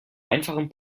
einfachen